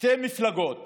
שתי מפלגות